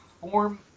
form